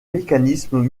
mécanismes